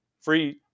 Free